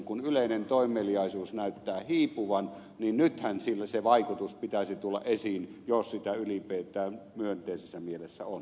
kun yleinen toimeliaisuus näyttää hiipuvan niin nythän sen vaikutuksen pitäisi tulla esiin jos sitä ylipäätään myönteisessä mielessä on